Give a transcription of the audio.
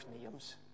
names